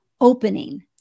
opening